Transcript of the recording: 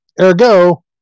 Ergo